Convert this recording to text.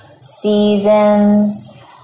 seasons